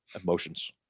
emotions